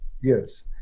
Yes